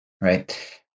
right